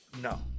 No